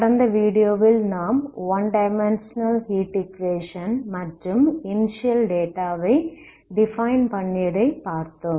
கடந்த வீடியோவில் நாம் 1 டைமென்ஷன்ஸனல் ஹீட் ஈக்குவேஷன் மற்றும் இனிஸியல் டேட்டா வை டிஃபைன் பண்ணியதை பார்த்தோம்